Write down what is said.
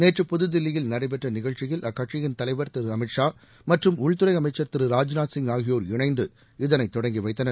நேற்று புதுதில்லியில் நடைபெற்ற நிகழ்ச்சியில் அக்கட்சியின் தலைவா் திரு அமித் ஷா மற்றும் உள்துறை அமைச்சர் திரு ராஜ்நாத் சிப் ஆகியோர் இணைந்து இதனை தொடங்கி வைத்தனர்